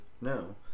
No